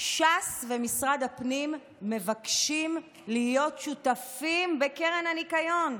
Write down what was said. ש"ס ומשרד הפנים מבקשים להיות שותפים בקרן הניקיון.